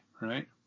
right